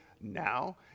now